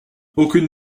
aucune